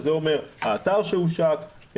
זה אומר האתר שהושק,